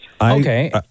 Okay